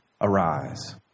arise